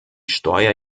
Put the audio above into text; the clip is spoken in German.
steuer